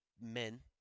men